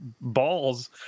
balls